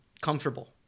comfortable